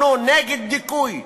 אנחנו נגד דיכוי,